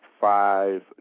five